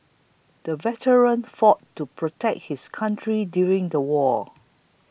the veteran fought to protect his country during the war